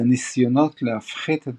וניסיונות להפחית את